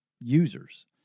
users